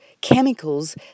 chemicals